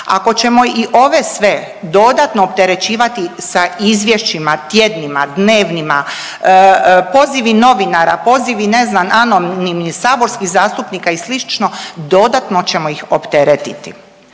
Ako ćemo i ove sve dodatno opterećivati sa izvješćima tjednima, dnevnima, pozivi novinara, pozivi ne znam anonimni saborskih zastupnika i slično, dodatno ćemo ih opteretiti.